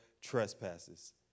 trespasses